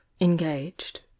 engaged